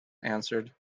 answered